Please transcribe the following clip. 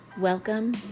welcome